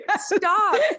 Stop